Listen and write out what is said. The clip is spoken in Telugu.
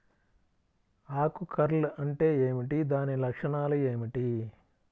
ఆకు కర్ల్ అంటే ఏమిటి? దాని లక్షణాలు ఏమిటి?